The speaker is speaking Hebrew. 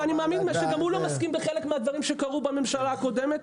ואני מאמין שגם הוא לא מסכים עם חלק מהדברים שקרו בממשלה הקודמת.